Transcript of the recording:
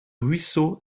ruisseau